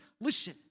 listen